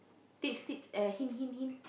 teach teach uh hint hint hint